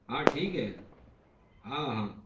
ہاں ٹھیک ہے ہاں ہاں